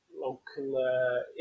local